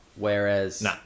whereas